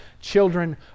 children